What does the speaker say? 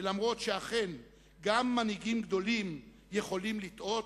ואף שאכן גם מנהיגים גדולים יכולים לטעות,